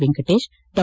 ವೆಂಕಟೇಶ್ ಡಾ